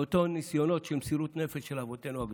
מאותם ניסיונות של מסירות נפש של אבותינו הקדושים.